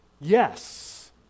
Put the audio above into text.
Yes